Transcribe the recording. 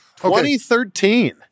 2013